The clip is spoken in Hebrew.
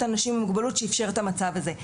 לאנשים עם מוגבלות שאיפשר את המצב הזה.